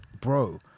bro